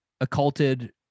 occulted